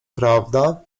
prawda